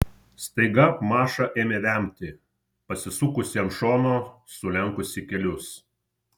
staiga maša ėmė vemti pasisukusi ant šono sulenkusi kelius